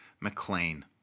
McLean